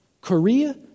Korea